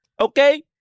okay